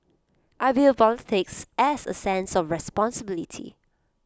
I view politics as A sense of responsibility